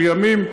של ימים,